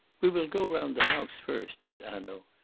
we will go round the house first, said hanaud,